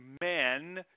men